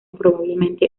probablemente